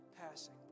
passing